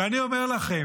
ואני אומר לכם,